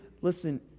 Listen